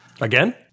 Again